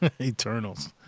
Eternals